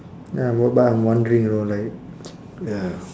ya but but I'm wondering you know like ya